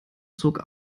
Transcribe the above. zog